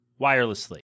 wirelessly